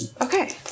Okay